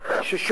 שלום